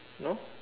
no